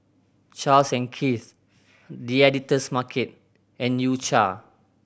Charles and Keith The Editor's Market and U Cha